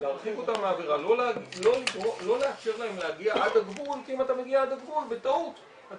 לא לאפשר להם להגיע עד הגבול כי אם אתה מגיע עד הגבול בטעות אתה